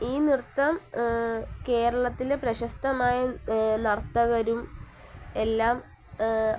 ഈ നൃത്തം കേരളത്തിലെ പ്രശസ്തമായ നർത്തകരും എല്ലാം